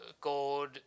gold